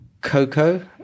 Coco